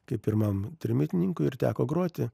kaip pirmam trimitininkui ir teko groti